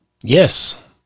Yes